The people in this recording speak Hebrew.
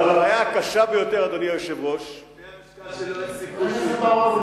עם המשקל שלו אין סיכוי,